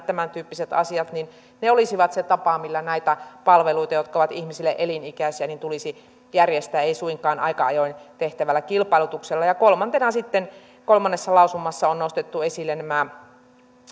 tämäntyyppiset asiat olisivat se tapa millä näitä palveluita jotka ovat ihmisille elinikäisiä tulisi järjestää ei suinkaan aika ajoin tehtävällä kilpailutuksella kolmantena sitten kolmannessa lausumassa on nostettu esille nämä